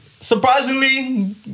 Surprisingly